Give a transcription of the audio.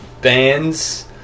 bands